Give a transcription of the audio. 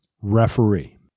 referee